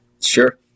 Sure